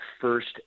first